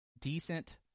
decent